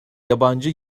yabancı